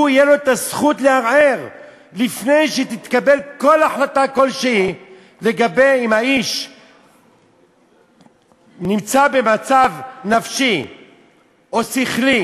תהיה לו הזכות לערער לפני שתתקבל החלטה אם האיש נמצא במצב נפשי או שכלי,